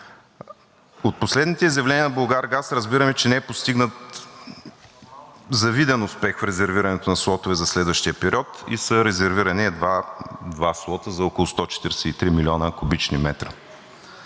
От последните изявления на „Булгаргаз“ разбираме, че не е постигнат завиден успех в резервирането на слотове за следващия период и са резервирани едва два слота за около 143 милиона кубични метра,